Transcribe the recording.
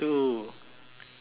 three